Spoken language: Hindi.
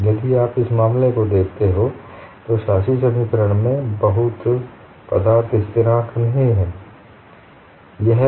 यदि आप इस मामले को देखते हैं तो शासी समीकरण में कोई पदार्थ स्थिराँक नहीं होती है